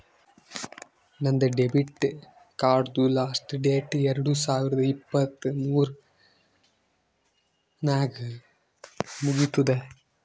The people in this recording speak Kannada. ನಂದ್ ಡೆಬಿಟ್ ಕಾರ್ಡ್ದು ಲಾಸ್ಟ್ ಡೇಟ್ ಎರಡು ಸಾವಿರದ ಇಪ್ಪತ್ ಮೂರ್ ನಾಗ್ ಮುಗಿತ್ತುದ್